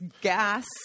gas